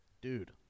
dude